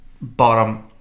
bottom